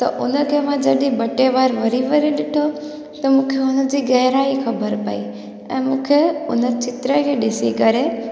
त उन खे मां जॾहिं ॿ टे बार वरी वरी ॾिठो त मूंखे हुन जी गहराई ख़बरु पई ऐं मूंखे उन चित्र खे ॾिसी करे